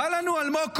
בא לנו אלמוג כהן,